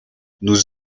nous